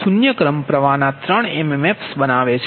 શૂન્ય ક્રમ પ્રવાહના ત્રણ mmf's બનાવે છે